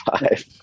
five